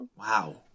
Wow